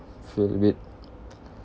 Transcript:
feel a bit